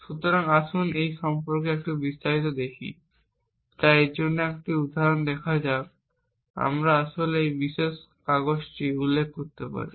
সুতরাং আসুন আমরা এই সম্পর্কে একটু বিস্তারিতভাবে দেখি তাই এর জন্য একটি উদাহরণ দেখা যাক আমরা আসলে এই বিশেষ কাগজটি উল্লেখ করতে পারি